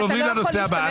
אנחנו עוברים לנושא הבא,